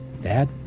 Dad